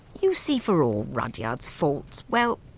you see, for all rudyard's faults, well,